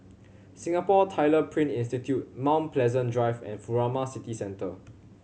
Singapore Tyler Print Institute Mount Pleasant Drive and Furama City Centre